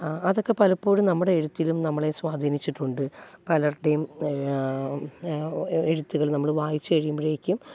അതൊക്കെ പലപ്പോഴും നമ്മുടെ എഴുത്തിലും നമ്മളെ സ്വാധീനിച്ചിട്ടുണ്ട് പലരുടെയും എഴുത്തുകൾ നമ്മൾ വായിച്ചു കഴിയുമ്പോഴേക്കും